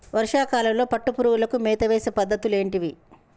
వర్షా కాలంలో పట్టు పురుగులకు మేత వేసే పద్ధతులు ఏంటివి?